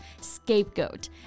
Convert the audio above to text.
scapegoat